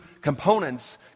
components